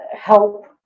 help